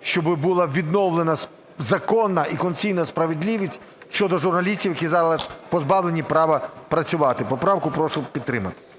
щоб була відновлена законна і конституційна справедливість щодо журналістів, які зараз позбавлені права працювати. Поправку прошу підтримати. ГОЛОВУЮЧИЙ.